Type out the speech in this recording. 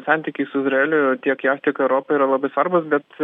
santykiai su izraeliu tiek jav tiek europai yra labai svarbūs bet